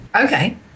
okay